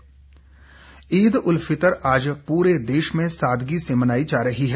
ईद उल फितर ईद उल फितर आज पूरे देश में सादगी से मनाई जा रही है